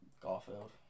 Garfield